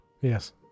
yes